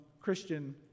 Christian